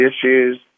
issues